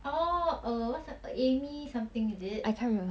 oh err what's her amy something is it